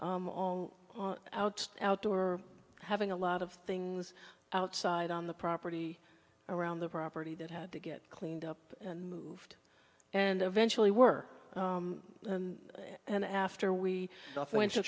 out outdoor having a lot of things outside on the property around the property that had to get cleaned up and moved and eventually were and after we went to